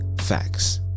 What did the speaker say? facts